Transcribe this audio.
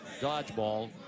dodgeball